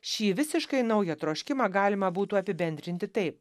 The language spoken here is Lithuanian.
šį visiškai naują troškimą galima būtų apibendrinti taip